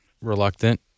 reluctant